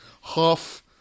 half